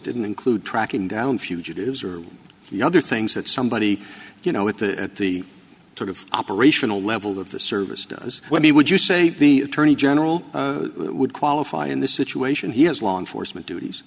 didn't include tracking down fugitives or the other things that somebody you know at the at the sort of operational level of the service does when he would use say the attorney general would qualify in this situation he has law enforcement duties